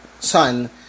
son